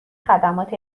خدمات